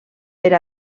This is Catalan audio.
per